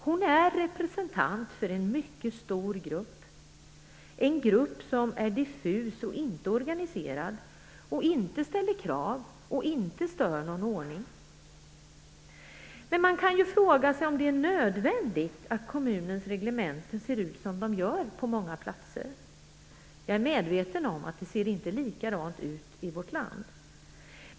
Hon är representant för en mycket stor grupp, en grupp som är diffus, som inte är organiserad, som inte ställer krav och som inte stör någon ordning. Men man kan fråga sig om det är nödvändigt att kommunens reglemente ser ut som det gör på många platser. Jag är medveten om att det inte ser likadant ut på alla ställen i vårt land.